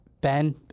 Ben